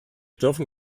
dürfen